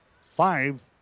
Five